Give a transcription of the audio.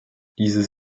dieses